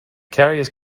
carriers